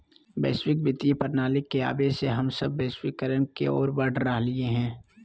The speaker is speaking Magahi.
वैश्विक वित्तीय प्रणाली के आवे से हम सब वैश्वीकरण के ओर बढ़ रहलियै हें